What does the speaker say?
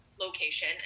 location